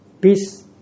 peace